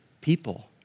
people